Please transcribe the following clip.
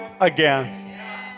again